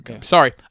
Sorry